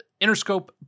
Interscope